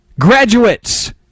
graduates